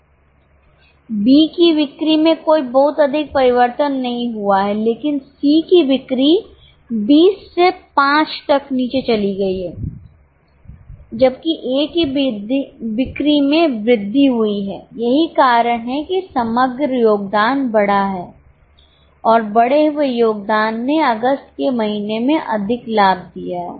B की बिक्री में कोई बहुत अधिक परिवर्तन नहीं हुआ है लेकिन C की बिक्री 20 से 5 तक नीचे चली गई है जबकि A की बिक्री में वृद्धि हुई है यही वजह है कि समग्र योगदान बढ़ा है और बड़े हुए योगदान ने अगस्त के महीने में अधिक लाभ दिया है